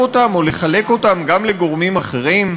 אותן או לחלק אותן גם לגורמים אחרים?